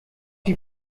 die